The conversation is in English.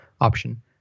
option